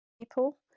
people